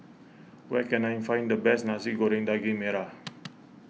where can I find the best Nasi Goreng Daging Merah